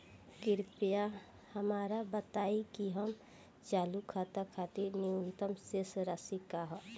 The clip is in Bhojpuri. कृपया हमरा बताइं कि हमर चालू खाता खातिर न्यूनतम शेष राशि का ह